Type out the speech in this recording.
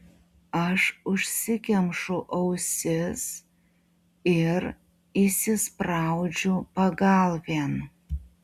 aš užsikemšu ausis ir įsispraudžiu pagalvėn